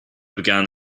began